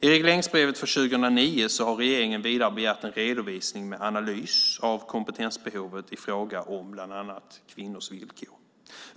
I regleringsbrevet för 2009 har regeringen vidare begärt en redovisning med analys av kompetensbehovet i fråga om bland annat kvinnors villkor.